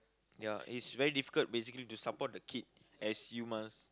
ya is very difficult basically to support a kid as you must